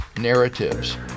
narratives